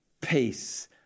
peace